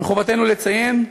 מחובתנו לציין,